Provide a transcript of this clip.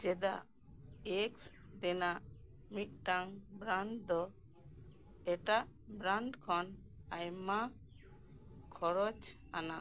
ᱪᱮᱫᱟᱜ ᱮᱜᱽᱥ ᱨᱮᱱᱟᱜ ᱢᱤᱫᱴᱟᱝ ᱵᱨᱟᱱᱰ ᱫᱚ ᱮᱴᱟᱜ ᱵᱨᱟᱱᱰ ᱠᱷᱚᱱ ᱟᱭᱢᱟ ᱠᱷᱚᱨᱪᱟ ᱟᱱᱟᱜ